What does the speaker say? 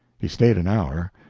he stayed an hour,